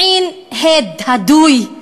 מעין הד דהוי,